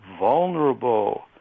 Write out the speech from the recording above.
vulnerable